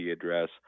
address